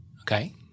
Okay